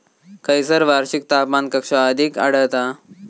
खैयसर वार्षिक तापमान कक्षा अधिक आढळता?